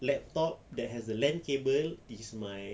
laptop that has a LAN cable is my